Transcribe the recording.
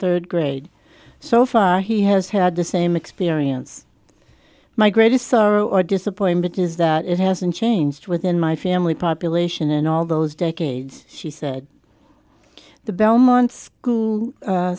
third grade so far he has had the same experience my greatest sorrow or disappointment is that it hasn't changed within my family population in all those decades she said the belmont school